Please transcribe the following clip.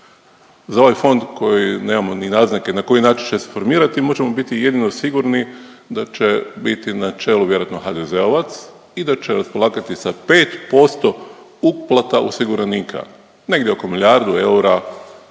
Za ovaj fond koji nemamo ni naznake na koji način će se formirati možemo biti jedino sigurni da će biti na čelu vjerojatno HDZ-ovac i da će raspolagati sa 5% uplata osiguranika, negdje oko milijardu eura